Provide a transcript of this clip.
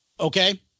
Okay